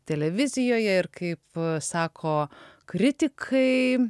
televizijoje ir kaip sako kritikai